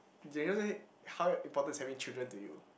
do you know that how important is having children to you